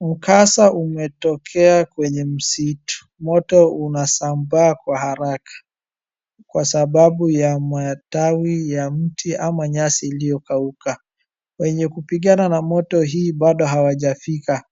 Mkasa umetokea kwenye msitu, moto unasambaa kwa haraka kwa sababu ya matawi ya mti ama nyasi iliyokauka, wenye kupigana na moto hii bado hawajafika,